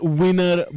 winner